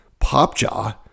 Popjaw